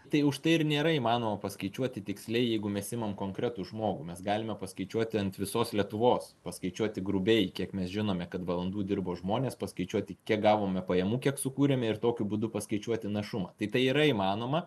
tai užtai ir nėra įmanoma paskaičiuoti tiksliai jeigu mes imam konkretų žmogų mes galime paskaičiuoti ant visos lietuvos paskaičiuoti grubiai kiek mes žinome kad valandų dirbo žmonės paskaičiuoti kiek gavome pajamų kiek sukūrėme ir tokiu būdu paskaičiuoti našumą tai tai yra įmanoma